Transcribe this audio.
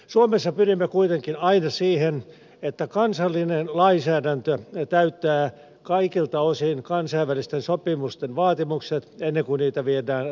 suomessa pyrimme kuitenkin aina siihen että kansallinen lainsäädäntö täyttää kaikilta osin kansainvälisten sopimusten vaatimukset ennen kuin niitä viedään ratifioitaviksi